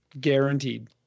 Guaranteed